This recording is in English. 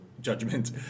judgment